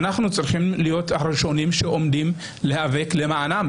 אנחנו צריכים להיות הראשונים שעומדים להיאבק למענם,